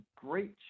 great